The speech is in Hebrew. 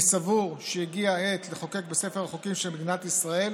אני סבור שהגיעה העת לחוקק בספר החוקים של מדינת ישראל